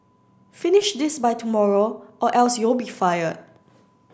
finish this by tomorrow or else you'll be fired